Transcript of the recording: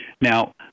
Now